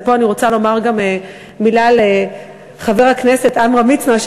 ופה אני רוצה לומר גם מילה לחבר הכנסת עמרם מצנע,